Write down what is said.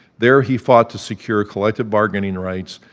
there, he fought to secure collective bargaining rights,